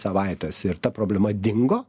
savaites ir ta problema dingo